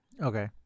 okay